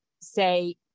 say